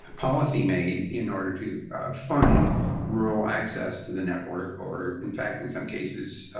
and policy made in order to fund rural access to the network or in fact, in some cases,